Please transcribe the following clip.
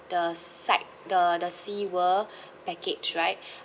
the side the the sea world package right